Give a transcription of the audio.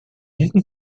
diesem